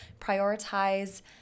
prioritize